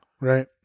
Right